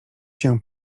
się